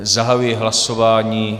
Zahajuji hlasování.